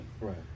right